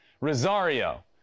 Rosario